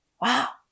Wow